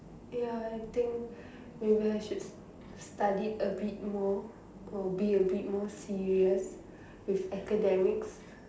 ya I think maybe I should study a bit more or be a bit more serious with academics